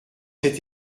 cet